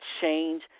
change